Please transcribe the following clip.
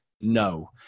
no